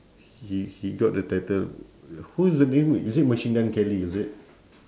he he got the title who's the name is it machine gun kelly is it